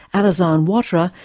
alassane ouattara,